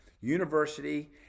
university